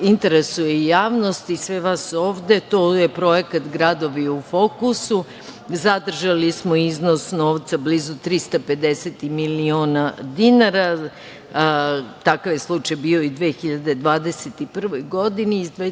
interesuje i javnost i sve vas ovde, to je projekat Gradovi u fokusu. Zadržali smo iznos novca blizu 350 miliona dinara, takav slučaj je bio i 2021. godini. Godine